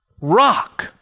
rock